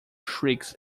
shrieks